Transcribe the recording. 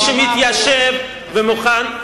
מי שמתיישב ומוכן,